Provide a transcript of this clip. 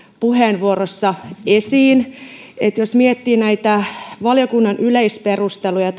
puheenvuorossa esiin että jos lukee ja miettii näitä valiokunnan yleisperusteluja